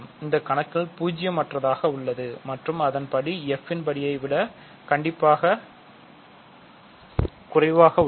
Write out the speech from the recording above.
இந்த கணக்கில் பூஜ்ஜியம் அற்றதாக உள்ளது மற்றும்அதன் படி f ன் படியை விட கண்டிப்பாக குறைவாக உள்ளது